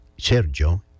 Sergio